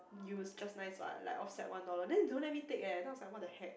use just nice what like offset one dollar then don't let me take eh then I was like what-the-heck